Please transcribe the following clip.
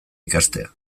ikastea